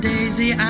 Daisy